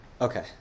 okay